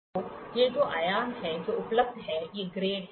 तो ये जो आयाम हैं जो उपलब्ध हैं ये ग्रेड हैं